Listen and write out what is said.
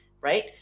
right